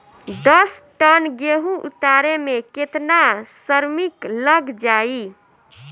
दस टन गेहूं उतारे में केतना श्रमिक लग जाई?